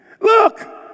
Look